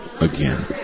again